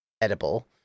edible